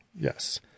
Yes